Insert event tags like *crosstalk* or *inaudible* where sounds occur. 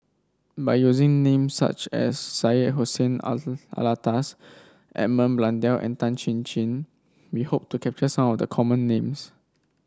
by using names such as Syed Hussein *unintelligible* Alatas Edmund Blundell and Tan Chin Chin we hope to capture some of the common names